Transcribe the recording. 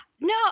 No